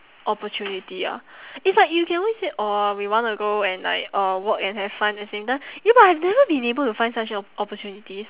opportunity ah it's like you can only say uh we wanna go and like uh work and have fun at the same time ya but I've never been able to find such an opportunities